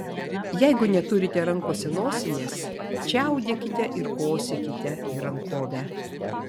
jeigu neturite rankose nosinės čiaudėkite ir kosėkite į rankovę